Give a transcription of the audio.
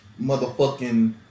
Motherfucking